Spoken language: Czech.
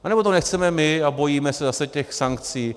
Anebo to nechceme my a bojíme se zase těch sankcí.